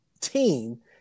team